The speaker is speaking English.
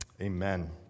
Amen